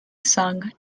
sung